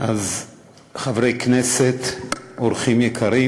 חברי כנסת, אורחים יקרים